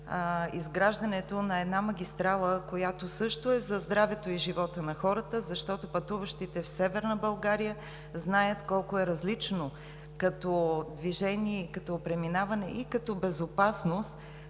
изграждането на една магистрала, която също е за здравето и живота на хората. Защото пътуващите в Северна България знаят колко е различно и като движение, и като преминаване, и като безопасност